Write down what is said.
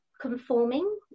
conforming